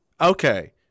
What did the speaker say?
Okay